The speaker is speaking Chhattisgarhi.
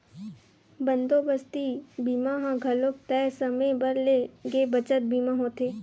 बंदोबस्ती बीमा ह घलोक तय समे बर ले गे बचत बीमा होथे